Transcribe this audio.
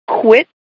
quit